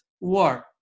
war